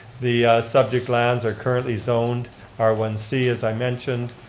the subject lands are currently zoned r one c, as i mentioned.